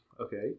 Okay